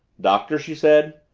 doctor, she said,